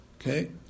Okay